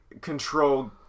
control